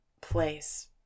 place